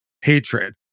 hatred